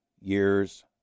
years